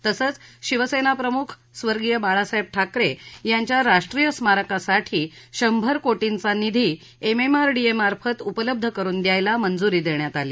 तसंच शिवसेना प्रमुख स्वर्गीय बाळासाहेब ठाकरे यांच्या राष्ट्रीय स्मारकासाठी शंभर कोर्टीचा निधी एमएमआरडीएमार्फत उपलब्ध करुन द्यायला मंजुरी देण्यात आली